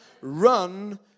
Run